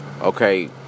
okay